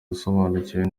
usobanukiwe